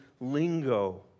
lingo